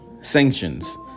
sanctions